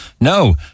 No